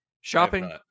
Shopping